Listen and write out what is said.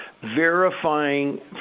verifying